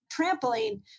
trampoline